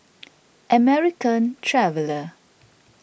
American Traveller